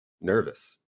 nervous